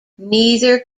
neither